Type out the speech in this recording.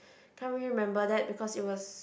can't remember that because it was